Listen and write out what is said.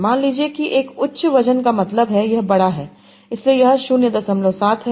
मान लीजिए कि एक उच्च वजन का मतलब है यह बड़ा है इसलिए यह 07 है